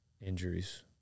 injuries